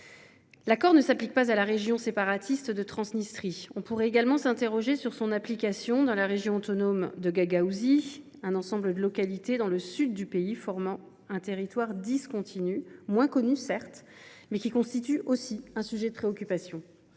L’accord ne s’applique pas à la région séparatiste de Transnistrie. On pourrait également s’interroger sur son application dans la région autonome de Gagaouzie. Cet ensemble de localités situées dans le sud du pays forme un territoire discontinu, moins connu certes, mais qui constitue aussi un sujet de préoccupation.